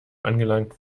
angelangt